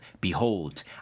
Behold